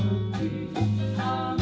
you know